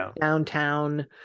downtown